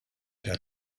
der